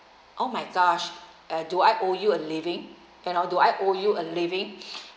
oh my gosh uh do I owe you a living and or do I owe you a living